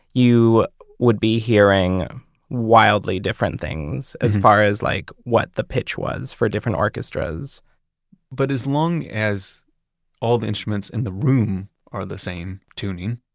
you would be hearing wildly different things as far as like what the pitch was for different orchestras but as long as all the instruments in the room are the same tuning,